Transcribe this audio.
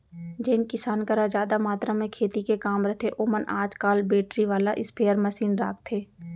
जेन किसान करा जादा मातरा म खेती के काम रथे ओमन आज काल बेटरी वाला स्पेयर मसीन राखथें